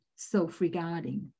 self-regarding